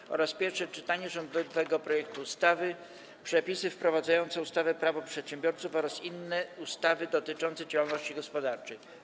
21. Pierwsze czytanie rządowego projektu ustawy Przepisy wprowadzające ustawę Prawo przedsiębiorców oraz inne ustawy dotyczące działalności gospodarczej.